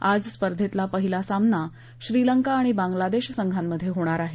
आज स्पर्धेतला पहिला सामना श्रीलंका आणि बांगला देश संघात होणार आहे